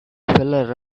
feller